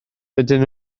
dydyn